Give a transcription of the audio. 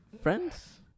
friends